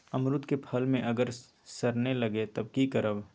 अमरुद क फल म अगर सरने लगे तब की करब?